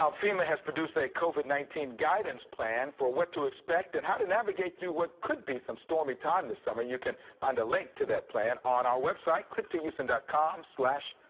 um fema has produce a covid nineteen guidance plan for what to expect and how to navigate through what could be some stormy time this summer you can find a link to that plan on our website click two houston dot com slash.